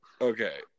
okay